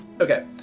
Okay